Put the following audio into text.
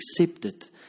accepted